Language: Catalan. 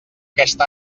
aquest